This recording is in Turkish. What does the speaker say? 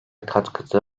katkıda